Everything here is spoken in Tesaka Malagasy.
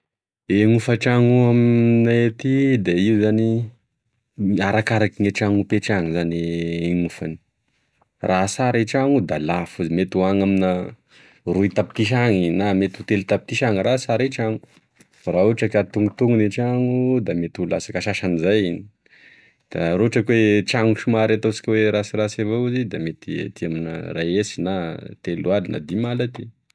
E gn'hofantrano amigne ety de io zany arakaraky gne trano ipetrahany ezany gn'ofany raha tsara e trano da lafo mety any oamina roy tapitrisa any na mety ho telo tapitrisa any raha sara e trano fa raha ohatry ka antonontonony e trano da mety ho lasaka asasan'izay da raha ohatry ka oe trano somary ataosika somary ratsiratsy avao da mety amina ray hesy na telo alina dimy alina aty.